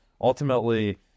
ultimately